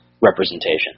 representation